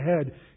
ahead